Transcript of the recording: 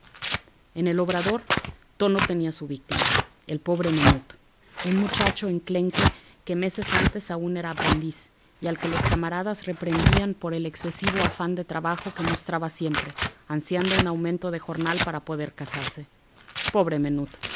en el obrador tono tenía su víctima el pobre menut un muchacho enclenque que meses antes aún era aprendiz y al que los camaradas reprendían por el excesivo afán de trabajo que mostraba siempre ansiando un aumento de jornal para poder casarse pobre menut